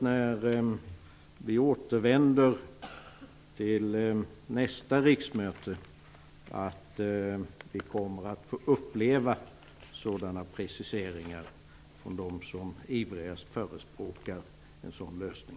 När vi återvänder till nästa riksmöte hoppas jag att vi kommer att få uppleva sådana preciseringar från dem som ivrigast förespråkar en sådan lösning.